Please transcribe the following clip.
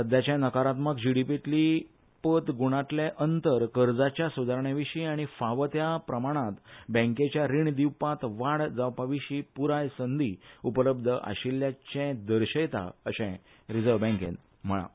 सध्याचे नकारात्मक जिडिपीतली पत गुणांतले अंतर कर्जाच्या सुदारणे विशीं आनी फावो त्या प्रमाणांत बँकेच्या रीण दिवपांत वाड जावपा विशीं पुराय संदी उपलब्ध आशिल्ल्याचें दर्शयता अशेंय आरबीआयन म्हळां